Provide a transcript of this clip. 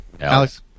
Alex